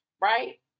right